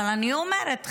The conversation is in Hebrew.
אבל אני אומרת,